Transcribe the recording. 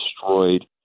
destroyed